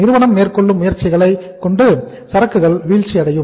நிறுவனம் மேற்கொள்ளும் முயற்சிகளை கொண்டு சரக்குகள் வீழ்ச்சி அடையும்